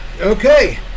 Okay